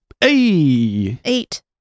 Eight